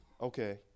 okay